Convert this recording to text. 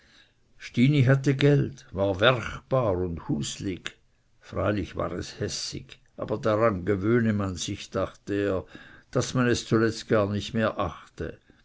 stini hatte geld war werchbar und huslig freilich war es hässig aber daran gewöhne man sich dachte er daß man es zuletzt gar nicht mehr achte